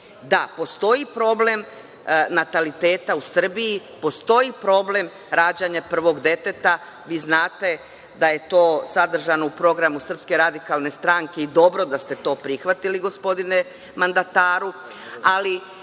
Da, postoji problem nataliteta u Srbiji, postoji problem rađanja prvog deteta. Vi znate da je to sadržano u programu SRS-a i dobro je da ste to prihvatili, gospodine mandataru, ali